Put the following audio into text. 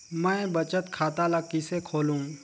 मैं बचत खाता ल किसे खोलूं?